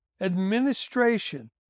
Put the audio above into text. administration